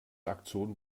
aktion